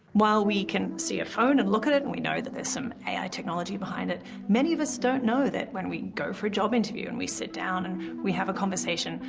while we can see a phone and look at it and we know that there's some a i. technology behind it, many of us don't know that when we go for a job interview and we sit down and we have a conversation,